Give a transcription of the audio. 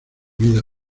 vida